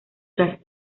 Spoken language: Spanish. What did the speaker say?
tras